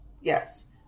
Yes